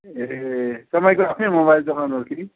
ए तपाईँको आफ्नै मोबाइल दोकान हो कि